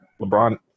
LeBron